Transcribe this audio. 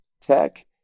tech